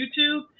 YouTube